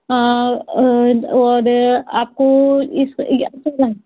और आपको इस